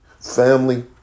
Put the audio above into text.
Family